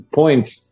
points